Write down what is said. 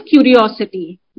curiosity